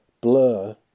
Blur